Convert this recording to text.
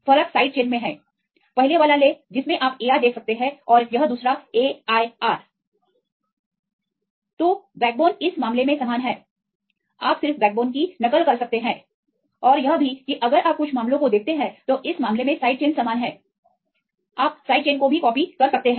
अंतर side chain में है पहले वाला ले लो जिसमे आप AI देख सकते हैं और यह दूसरा AIR तो बैकबोन इस मामले में समान है आप सिर्फ बैकबोन की नकल कर सकते हैं और यह भी कि अगर आप कुछ मामलों को देखते हैं तो इस मामले में साइड चेन समान हैं आप साइड चेन को भी कॉपी कर सकते हैं